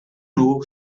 nhw